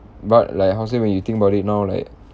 but like how to say when you think about it now like